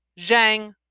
Zhang